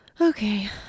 Okay